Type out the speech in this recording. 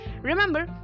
Remember